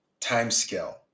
timescale